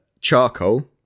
charcoal